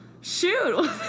Shoot